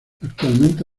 actualmente